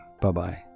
Bye-bye